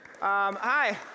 Hi